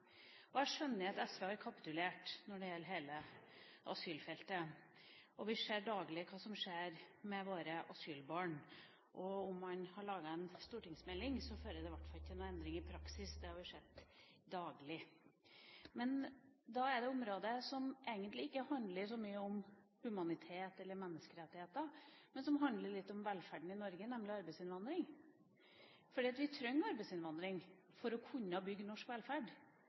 regjeringa. Jeg skjønner at SV har kapitulert når det gjelder hele asylfeltet. Vi ser daglig hva som skjer med våre asylbarn. Om man har laget en stortingsmelding, fører det i hvert fall ikke til noen endring i praksis, det har vi sett daglig. Så til det området som egentlig ikke handler så mye om humanitet eller menneskerettigheter, men som handler litt om velferden i Norge, nemlig arbeidsinnvandring. Vi trenger arbeidsinnvandring for å kunne bygge norsk velferd.